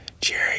Jerry